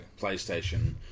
PlayStation